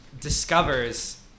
discovers